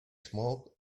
smoke